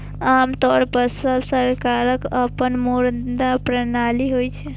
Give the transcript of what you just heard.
आम तौर पर सब सरकारक अपन मुद्रा प्रणाली होइ छै